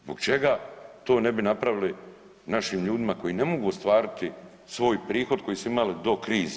Zbog čega to ne bi napravili našim ljudima koji ne mogu ostvariti svoj prihod koji su imali do krize.